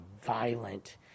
violent